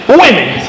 women